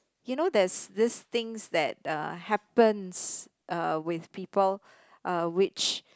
you know there's these things that uh happens uh with people uh which